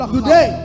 today